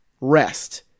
rest